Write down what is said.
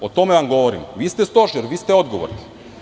O tome vam govorim, vi ste stožer, vi ste odgovorni.